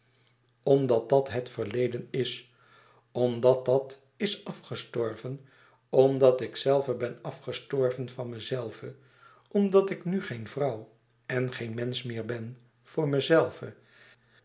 omdat dat het verleden is omdat dat is afgestorven omdat ikzelve ben afgestorven van mezelve omdat ik nu geen vrouw en geen mensch meer ben voor mezelve